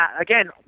again